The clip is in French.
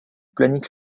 planning